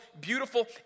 beautiful